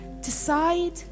decide